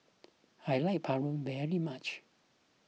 I like Paru very much